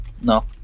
no